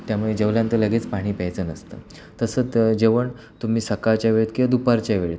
त्यामुळे जेवल्यांतर लगेच पाणी प्यायचं नसतं तसं तर जेवण तुम्ही सकाळच्या वेळेत किंवा दुपारच्या वेळेत